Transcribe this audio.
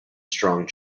strong